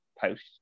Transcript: post